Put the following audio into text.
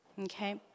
okay